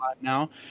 now